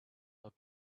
had